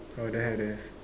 oh don't have don't have